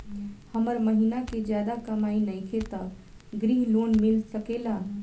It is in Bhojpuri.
हमर महीना के ज्यादा कमाई नईखे त ग्रिहऽ लोन मिल सकेला?